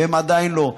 והם עדיין לא.